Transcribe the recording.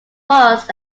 was